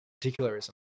particularism